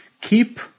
keep